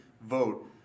vote